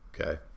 okay